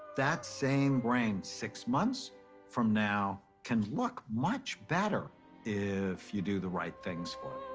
that same brain six months from now can look much better if you do the right things for